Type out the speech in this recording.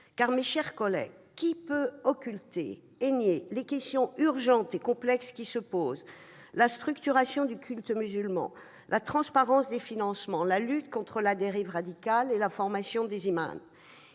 Mes chers collègues, qui peut occulter ou nier ces questions urgentes et complexes que sont la structuration du culte musulman, la transparence des financements, la lutte contre la dérive radicale et la formation des imams ?